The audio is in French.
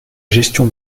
gestion